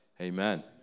Amen